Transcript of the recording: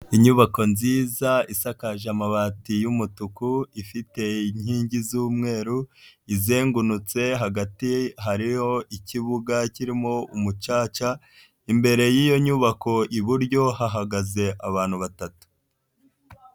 Inyubako nziza isakaje amabati y'umutuku, ifite inkingi z'umweru, izengunutse hagati hariho ikibuga kirimo umucaca, imbere y'iyo nyubako iburyo hahagaze abantu batatu.